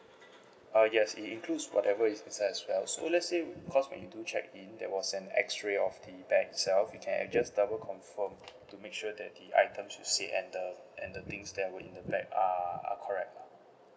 uh yes it includes whatever is inside as well so let's say of course you do check in there was an X-ray of the bag itself we can just double confirm to make sure that the items you said and the and the things that were in the bag are are correct lah